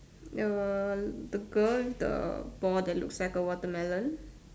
the the girl with the ball that looks like a watermelon